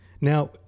Now